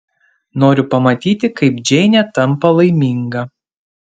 noriu pamatyti kaip džeinė tampa laiminga